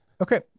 Okay